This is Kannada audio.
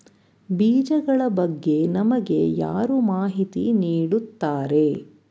ಬೀಜಗಳ ಬಗ್ಗೆ ನಮಗೆ ಯಾರು ಮಾಹಿತಿ ನೀಡುತ್ತಾರೆ?